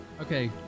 Okay